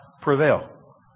prevail